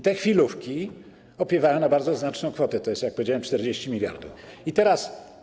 Te chwilówki opiewają na bardzo znaczne kwoty, to jest, jak powiedziałem, 40 mld zł.